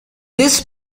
this